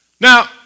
Now